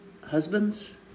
Husbands